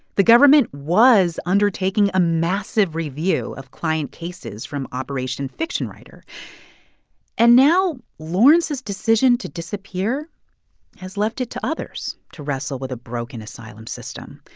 the government was undertaking a massive review of client cases from operation fiction writer and now lawrence's decision to disappear has left it to others to wrestle with a broken asylum system.